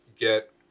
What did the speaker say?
Get